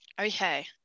Okay